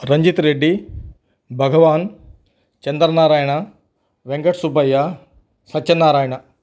Ranjith Reddy Bhagavan Chandra Narayana Venkata Subbaiah Satyanarayana